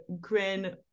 grin